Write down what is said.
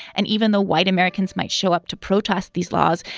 and even though white americans might show up to protest these laws,